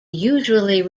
usually